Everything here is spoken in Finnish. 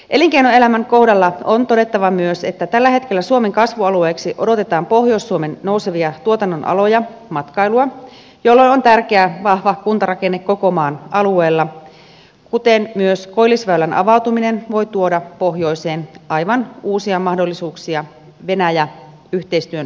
elinkeinoelämän kohdalla on todettava myös että tällä hetkellä suomen kasvualueeksi odotetaan pohjois suomen nousevia tuotannonaloja matkailua jolloin on tärkeää vahva kuntarakenne koko maan alueella kuten myös koillisväylän avautuminen voi tuoda pohjoiseen aivan uusia mahdollisuuksia venäjä yhteistyön suhteen